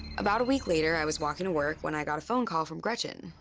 about a week later, i was walking to work when i got a phone call from gretchen.